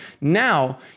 Now